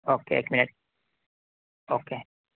okay ایک minute okay